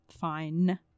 fine